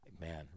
man